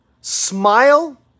smile